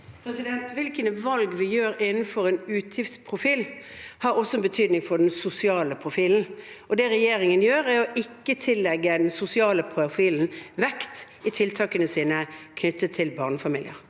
Hvilke valg vi gjør innenfor en utgiftsprofil, har også betydning for den sosiale profilen. Og det regjeringen gjør, er å ikke tillegge den sosiale profilen vekt i tiltakene sine knyttet til barnefamilier.